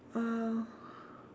uh